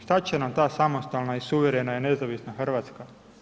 Šta će nam ta samostalna i suvremena i nezavisna Hrvatska?